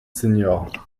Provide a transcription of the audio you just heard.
seniors